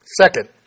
Second